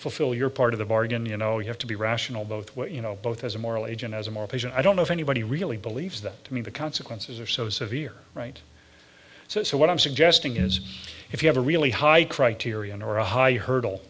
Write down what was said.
fulfill your part of the bargain you know you have to be rational both what you know both as a moral agent as a more patient i don't know if anybody really believes that to me the consequences are so severe right so what i'm suggesting is if you have a really high criterion or a high hurdle